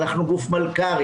אנחנו גוף מלכ"רי,